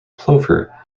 plover